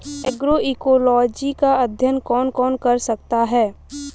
Agroecology का अध्ययन कौन कौन कर सकता है?